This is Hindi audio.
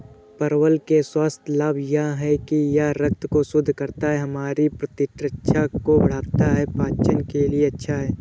परवल के स्वास्थ्य लाभ यह हैं कि यह रक्त को शुद्ध करता है, हमारी प्रतिरक्षा को बढ़ाता है, पाचन के लिए अच्छा है